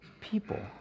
people